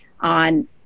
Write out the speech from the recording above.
on